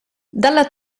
dalla